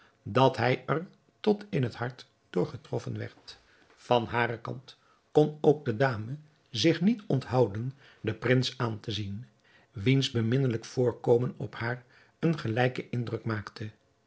dat hij er tot in het hart door getroffen werd van haren kant kon ook de dame zich niet onthouden den prins aan te zien wiens beminnelijk voorkomen op haar een gelijken indruk maakte